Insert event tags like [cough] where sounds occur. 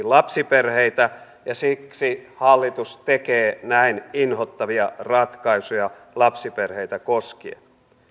[unintelligible] lapsiperheitä ja siksi hallitus tekee näin inhottavia ratkaisuja lapsiperheitä koskien